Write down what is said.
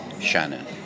Shannon